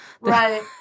right